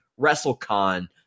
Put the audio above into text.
WrestleCon